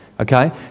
okay